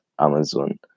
amazon